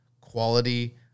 quality